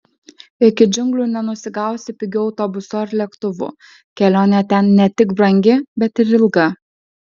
iki džiunglių nenusigausi pigiu autobusu ar lėktuvu kelionė ten ne tik brangi bet ir ilga